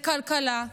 לכלכלה?